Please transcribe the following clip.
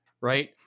right